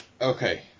Okay